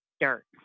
dirt